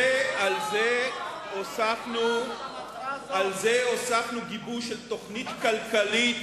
ועל זה הוספנו גיבוש של תוכנית כלכלית,